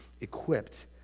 equipped